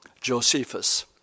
Josephus